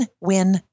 win